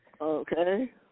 Okay